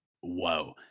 whoa